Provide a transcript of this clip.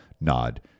nod